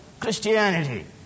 Christianity